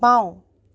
বাওঁ